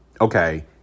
okay